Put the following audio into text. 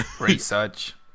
Research